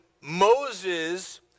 Moses